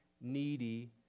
needy